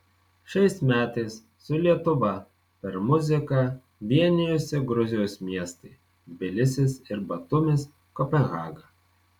šiais metais su lietuva per muziką vienijosi gruzijos miestai tbilisis ir batumis kopenhaga